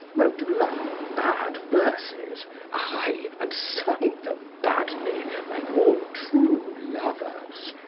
wrote love bad verses ay, and sung them badly, like all true lovers